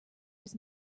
was